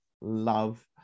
Love